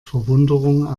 verwunderung